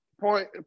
point